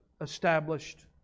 established